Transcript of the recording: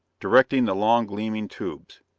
directing the long, gleaming tubes.